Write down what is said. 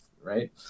right